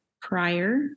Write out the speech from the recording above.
prior